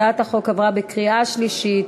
הצעת החוק עברה בקריאה שלישית